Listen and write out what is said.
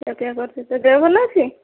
ଖିଆପିଆ କରୁଛୁ ତୋ ଦେହ ଭଲ ଅଛି